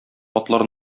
атлар